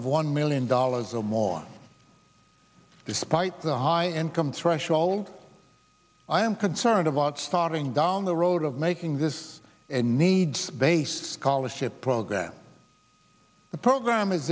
of one million dollars or more despite the high income threshold i am concerned about starting down the road of making this a needs based scholarship program a program is